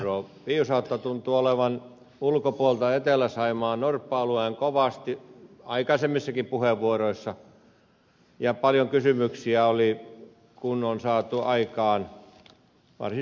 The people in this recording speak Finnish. viisautta tuntuu olevan ulkopuolelta etelä saimaan norppa alueen kovasti aikaisemmissakin puheenvuoroissa ja paljon kysymyksiä oli kun on saatu aikaan varsin hyvä lakiesitys